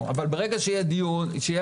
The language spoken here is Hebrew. חשובים בעיניי שבונים את